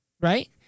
right